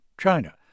China